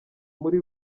muri